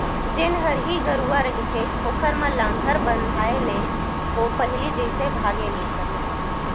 जेन हरही गरूवा रहिथे ओखर म लांहगर बंधाय ले ओ पहिली जइसे भागे नइ सकय